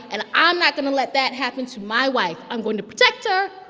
and i'm not going to let that happen to my wife. i'm going to protect her.